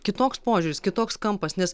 kitoks požiūris kitoks kampas nes